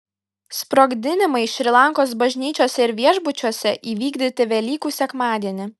sprogdinimai šri lankos bažnyčiose ir viešbučiuose įvykdyti velykų sekmadienį